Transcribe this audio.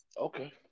Okay